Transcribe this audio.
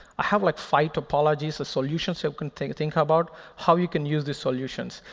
i have like five topologies or solutions so can think think about how you can use these solutions.